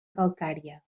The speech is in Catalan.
calcària